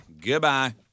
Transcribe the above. Goodbye